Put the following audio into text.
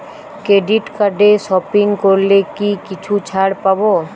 Credit কার্ডে shopping করলে কি কিছু ছাড় পাব?